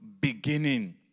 beginning